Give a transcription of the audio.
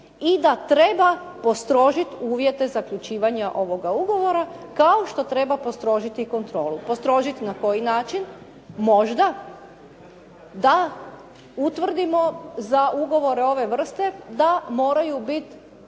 i da treba postrožiti uvjete zaključivanja ovoga ugovora, kao što treba postrožiti kontrolu. Postrožiti na koji način? možda da utvrdimo za ugovor ove vrste da moraju biti